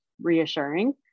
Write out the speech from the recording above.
reassuring